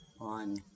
on